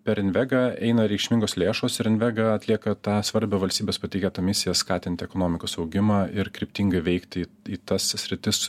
per invegą eina reikšmingos lėšos ir invega atlieka tą svarbią valstybės patikėtą misiją skatinti ekonomikos augimą ir kryptingai veikti į tas sritis